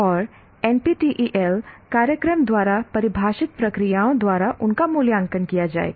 और NPTEL कार्यक्रम द्वारा परिभाषित प्रक्रियाओं द्वारा उनका मूल्यांकन किया जाएगा